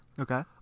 Okay